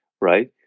right